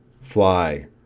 fly